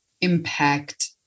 impact